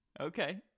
Okay